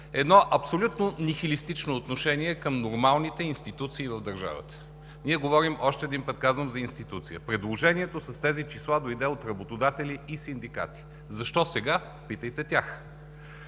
едно абсолютно нихилистично отношение към нормалните институции в държавата. Ние говорим, още един път казвам, за институция. Предложението с тези числа дойде от работодатели и синдикати. Защо сега? Питайте тях!